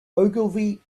ogilvy